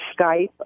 Skype